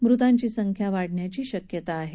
मृतांची संख्या वाढण्याची शक्यता आहे